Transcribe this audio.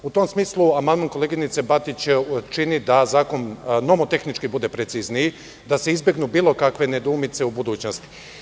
U tom smislu amandman koleginice Batić čini da zakon nomo-tehnički bude precizniji, da se izbegnu bilo kakve nedoumice u budućnosti.